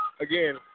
again